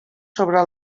sobre